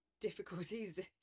difficulties